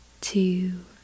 two